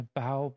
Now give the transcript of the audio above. bow